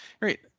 great